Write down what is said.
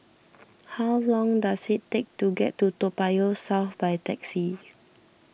how long does it take to get to Toa Payoh South by taxi